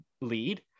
lead